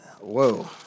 Whoa